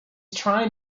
trying